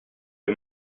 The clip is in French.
est